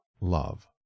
love